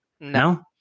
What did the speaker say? No